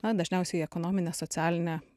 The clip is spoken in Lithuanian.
na dažniausiai ekonominę socialinę